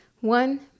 one